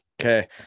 okay